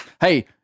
hey